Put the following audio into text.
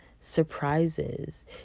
surprises